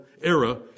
era